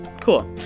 cool